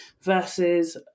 versus